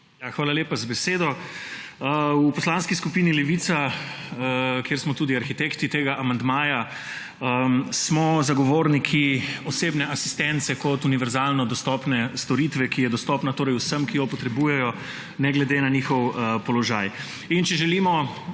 Hvala lepa za besedo. V Poslanski skupini Levica, kjer smo tudi arhitekti tega amandmaja, smo zagovorniki osebne asistence kot univerzalno dostopne storitve, ki je dostopna torej vsem, ki jo potrebujejo, ne glede na njihov položaj. Če želimo